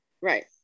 Right